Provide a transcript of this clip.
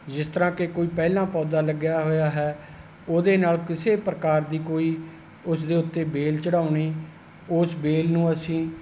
ਜਿਸ ਤਰ੍ਹਾਂ ਕਿ ਕੋਈ ਪਹਿਲਾਂ ਪੌਦਾ ਲੱਗਿਆ ਹੋਇਆ ਹੈ ਉਹਦੇ ਨਾਲ ਕਿਸੇ ਪ੍ਰਕਾਰ ਦੀ ਕੋਈ ਉਸਦੇ ਉੱਤੇ ਬੇਲ ਚੜ੍ਹਾਉਣੀ ਉਸ ਬੇਲ ਨੂੰ ਅਸੀਂ